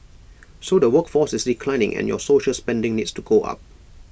so the workforce is declining and your social spending needs to go up